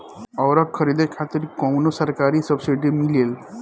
उर्वरक खरीदे खातिर कउनो सरकारी सब्सीडी मिलेल?